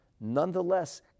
nonetheless